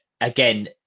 again